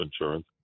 insurance